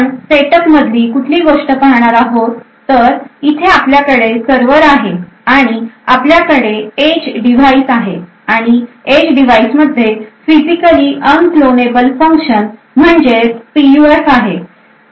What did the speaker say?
आपण सेटअप मधील कुठली गोष्ट पाहणार आहोत इथे आपल्याकडे सर्व्हर आहे आणि आपल्याकडे एज डिव्हाइस आहे आणि एज डिव्हाइस मध्ये फिजिकली अनकॉलेनेबल फंक्शन आहे म्हणजेच पीयूएफ आहे